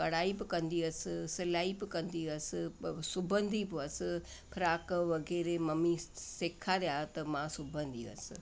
कढाई बि कंदी हुअसि सिलाई बि कंदी हुअसि पोइ सिबंदी बि हुअसि फ्राक वग़ैरह मां मम्मी सेखारिया त मां सिबंदी हुअसि